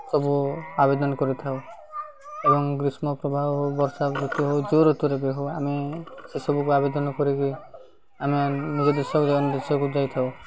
ସବୁ ଆବେଦନ କରିଥାଉ ଏବଂ ଗ୍ରୀଷ୍ମ ପ୍ରବାହ ହଉ ବର୍ଷା ଋତୁ ହଉ ଯେଉଁ ଋତୁରେ ବି ହଉ ଆମେ ସେସବୁକୁ ଆବେଦନ କରିକି ଆମେ ନିଜ ଦେଶ ଦେଶକୁ ଯାଇଥାଉ